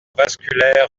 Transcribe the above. vasculaire